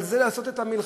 על זה לעשות את המלחמה?